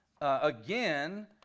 Again